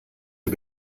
der